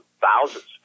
thousands